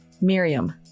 Miriam